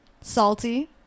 Salty